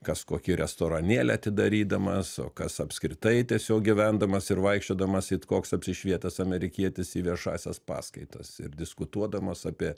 kas kokį restoranėlį atidarydamas o kas apskritai tiesiog gyvendamas ir vaikščiodamas it koks apsišvietęs amerikietis į viešąsias paskaitas ir diskutuodamas apie